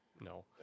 no